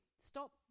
Stop